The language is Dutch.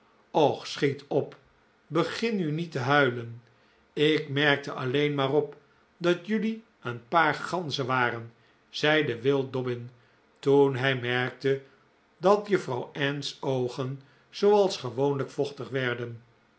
och schiet op begin nu niet te huilen ik merkte alleen maar op dat jelui een paar ganzen waren zeide will dobbin toen hij merkte dat juffrouw ann's oogen zooals gewoonlijk vochtig werden